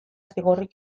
zigorrik